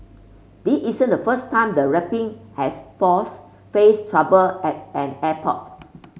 this isn't the first time the rapping has force faced trouble at an airport